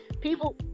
People